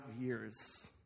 years